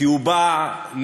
כי הוא בא להתערב.